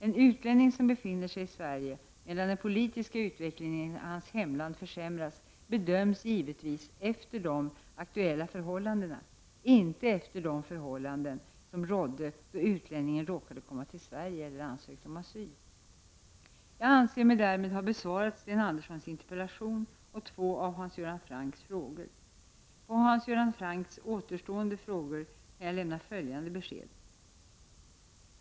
En utlänning som befinner sig i Sverige medan den politiska utvecklingen i hans hemland försämras bedöms givetvis efter de aktuella förhållandena, inte efter de förhållanden som rådde då utlänningen råkade komma till Sverige eller ansökte om asyl. Jag anser mig därmed ha besvarat Sten Anderssons interpellation och två av Hans Göran Francks frågor. På Hans Göran Francks återstående frågor kan jag lämna följande besked.